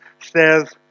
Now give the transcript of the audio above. says